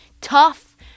tough